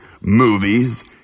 movies